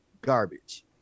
garbage